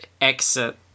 exit